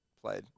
played